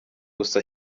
gusa